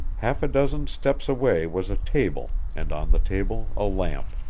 half a dozen steps away was a table and on the table a lamp.